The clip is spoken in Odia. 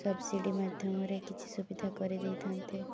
ସବସିଡ଼ି ମାଧ୍ୟମରେ କିଛି ସୁବିଧା କରିଦେଇଥାନ୍ତେ